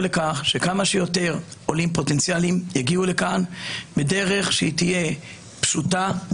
לכך שכמה שיותר עולים פוטנציאליים יגיעו לכאן בדרך שתהיה פשוטה,